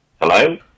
Hello